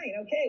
Okay